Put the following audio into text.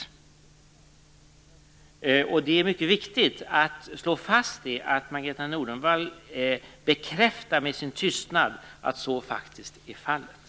Det är mycket viktigt att slå fast att Margareta Nordenvall med sin tystnad bekräftar att så faktiskt är fallet.